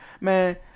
man